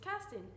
casting